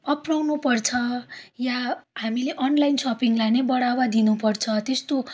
अप्नाउनुपर्छ या हामीले अनलाइन सपिङलाई नै बढावा दिनुपर्छ त्यस्तो